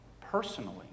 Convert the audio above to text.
personally